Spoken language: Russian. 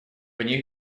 них